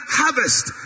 harvest